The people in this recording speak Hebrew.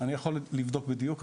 אני יכול לבדוק בדיוק,